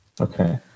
Okay